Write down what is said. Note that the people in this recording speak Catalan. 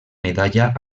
medalla